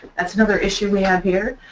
that's another issue we have here,